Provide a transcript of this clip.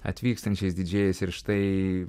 atvykstančiais didžėjais ir štai